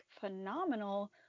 phenomenal